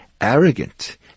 arrogant